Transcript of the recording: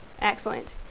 Excellent